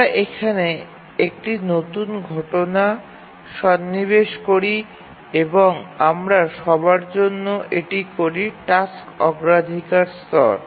আমরা এখানে একটি নতুন ঘটনা সন্নিবেশ করি এবং আমরা সবার জন্য এটি করি টাস্ক অগ্রাধিকার স্তর